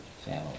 family